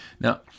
Now